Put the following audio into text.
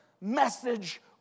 message